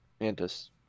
Mantis